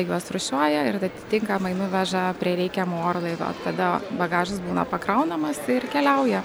juos rūšiuoja ir atitinkamai nuveža prie reikiamo orlaivio tada bagažas būna pakraunamas ir keliauja